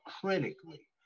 critically